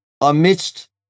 amidst